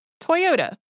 Toyota